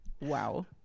wow